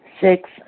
Six